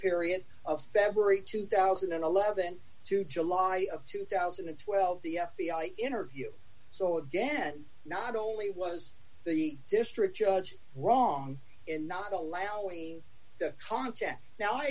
period of february two thousand and eleven to july of two thousand and twelve the interview so again not only was the district judge wrong in not allowing the contest now i